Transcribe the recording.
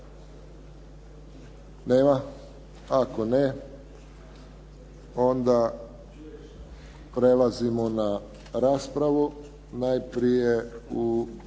Nema. Ako ne, onda prelazimo na raspravu. Najprije ili